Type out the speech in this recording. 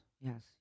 yes